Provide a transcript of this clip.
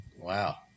Wow